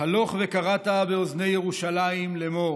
"הלך וקראת באזני ירושלם לאמר